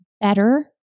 better